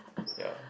ya